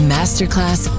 Masterclass